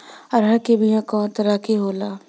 अरहर के बिया कौ तरह के होला?